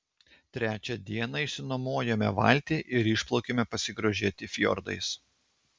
trečią dieną išsinuomojome valtį ir išplaukėme pasigrožėti fjordais